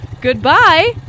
Goodbye